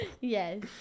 Yes